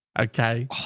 okay